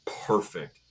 perfect